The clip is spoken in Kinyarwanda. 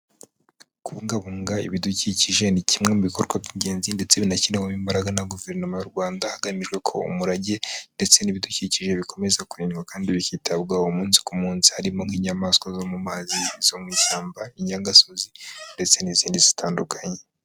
Kubungabunga ibidukikije, ni kimwe mu bikorwa by'ingenzi, ndetse binashyirwaho imbaraga na guverinoma y'u Rwanda hagamijwe ko umurage, ndetse n'ibidukikije bikomeza kurindwa kandi bikitabwaho umunsi ku munsi. Harimo nk'inyamaswa zo mu mazi, izo mu ishyamba, inyagasozi, ndetse n'izindi zitandukanye.